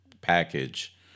package